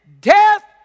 death